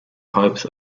hopes